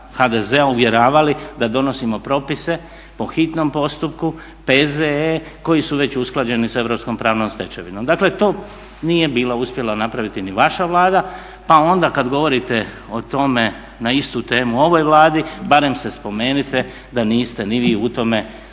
HDZ-a uvjeravali da donosimo propise po hitnom postupku, P.Z.E. koji su već usklađeni s europskom pravnom stečevinom. Dakle, to nije bila uspjela napraviti ni vaša Vlada pa onda kad govorite o tome na istu temu ovoj Vladi barem se spomenite da niste ni vi u tome